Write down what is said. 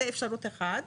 זו אפשרות אחת.